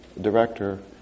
director